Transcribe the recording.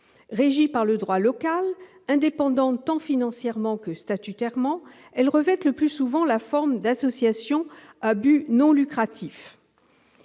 Régies par le droit local, indépendantes tant financièrement que statutairement, elles revêtent le plus souvent la forme d'associations à but non lucratif.